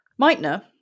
Meitner